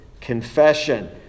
confession